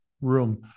room